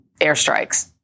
airstrikes